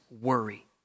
worry